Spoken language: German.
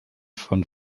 von